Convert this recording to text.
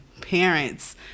parents